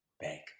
Bank